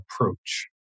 approach